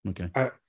Okay